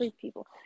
people